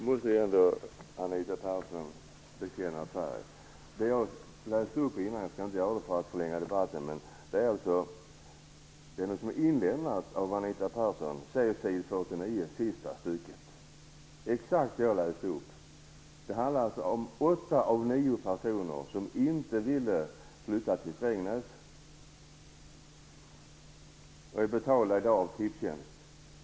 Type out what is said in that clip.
Herr talman! Nu måste ändå Anita Persson bekänna färg. Det jag läste upp tidigare är alltså inlämnat av Anita Persson. Åtta av nio personer ville alltså inte flytta till Strängnäs, och dessa betalas i dag av Tipstjänst.